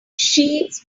sheets